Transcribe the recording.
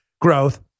growth